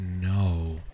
no